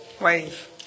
wave